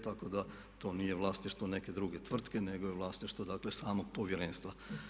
Tako da to nije vlasništvo neke druge tvrtke nego je vlasništvo samog povjerenstva.